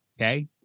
Okay